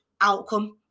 outcome